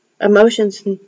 Emotions